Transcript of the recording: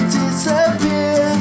disappear